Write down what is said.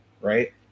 right